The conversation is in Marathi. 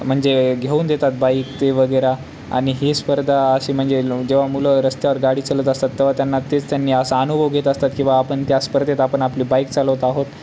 म्हणजे घेऊन देतात बाईक ते वगैरे आणि ही स्पर्धा अशी म्हणजे ल जेव्हा मुलं रस्त्यावर गाडी चालवत असतात तेव्हा त्यांना तेच त्यांनी असा अनुभव घेत असतात की बाबा आपण त्या स्पर्धेत आपण आपली बाईक चालवत आहोत